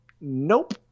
Nope